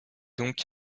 donc